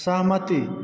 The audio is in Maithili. सहमति